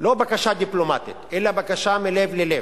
לא בקשה דיפלומטית, אלא בקשה מלב אל לב,